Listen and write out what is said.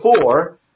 four